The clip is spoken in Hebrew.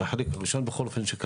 בחלק למשל שקלטנו,